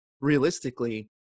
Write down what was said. realistically